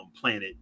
planet